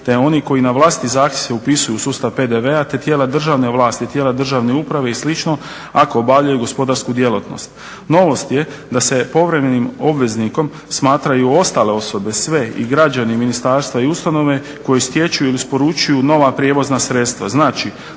te oni koji na vlastiti zahtjev se upisuju u sustav PDV-a, te tijela državne vlasti, tijela državne uprave i slično ako obavljaju gospodarsku djelatnost. Novost je da se povremenim obveznikom smatraju ostale osobe sve i građani, i ministarstva i ustanove koji stječu ili isporučuju nova prijevozna sredstva. Znači